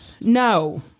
no